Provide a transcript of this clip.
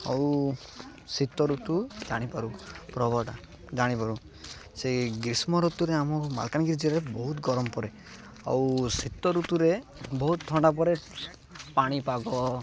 ଆଉ ଶୀତ ଋତୁ ଜାଣିପାରୁ ପ୍ରଭାବଟା ଜାଣିପାରୁ ସେ ଗ୍ରୀଷ୍ମ ଋତୁରେ ଆମକୁ ମାଲକାନଗିରି ଜିଲ୍ଲାରେ ବହୁତ ଗରମ କରେ ଆଉ ଶୀତ ଋତୁରେ ବହୁତ ଥଣ୍ଡା ପଡ଼େ ପାଣିପାଗ